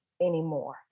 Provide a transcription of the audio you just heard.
anymore